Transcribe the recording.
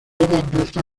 انداخته